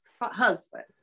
husband